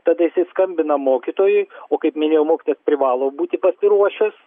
tada jisai skambina mokytojui o kaip minėjau mokytojas privalo būti pasiruošęs